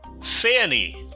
fanny